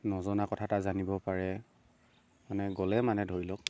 নজনা কথা এটা জানিব পাৰে মানে গ'লে মানে ধৰি লওক